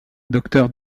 docteur